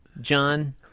John